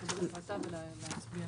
לקבל החלטה ולהצביע.